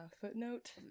footnote